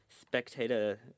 spectator